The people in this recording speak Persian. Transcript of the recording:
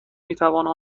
میتوانید